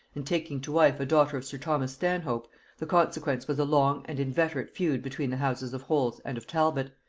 and taking to wife a daughter of sir thomas stanhope, the consequence was a long and inveterate feud between the houses of holles and of talbot,